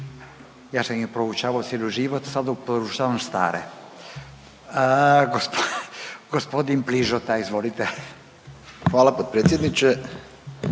Ja sam ih proučavao cijeli život, sad proučavam stare. Gospodin Piližota, izvolite. **Piližota, Boris